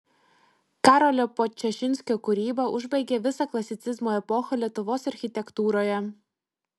karolio podčašinskio kūryba užbaigė visą klasicizmo epochą lietuvos architektūroje